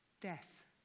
death